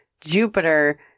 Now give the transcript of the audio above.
Jupiter